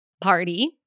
Party